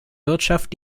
wirtschaft